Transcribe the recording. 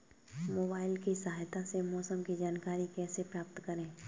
Mobile की सहायता से मौसम की जानकारी कैसे प्राप्त करें?